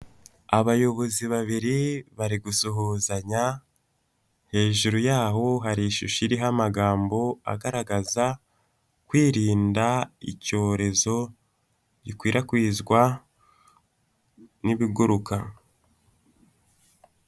Abayobozi babiri bari gusuhuzanya hejuru yaho hari ishushoshya iriho amagambo agaragaza kwirinda icyorezo gikwirakwizwa n'ibiguruka.